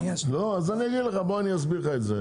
בוא אני אסביר לך את זה.